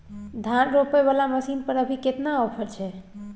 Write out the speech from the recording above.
धान रोपय वाला मसीन पर अभी केतना ऑफर छै?